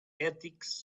ethics